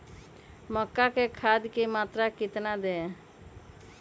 मक्का में खाद की मात्रा कितना दे?